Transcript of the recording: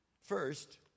First